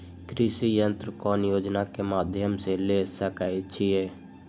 कृषि यंत्र कौन योजना के माध्यम से ले सकैछिए?